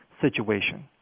situation